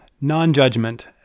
non-judgment